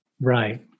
Right